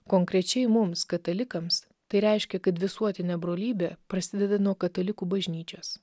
konkrečiai mums katalikams tai reiškia kad visuotinė brolybė prasideda nuo katalikų bažnyčios